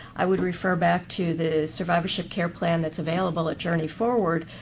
i would refer back to the survivorship care plan that's available at journey forward.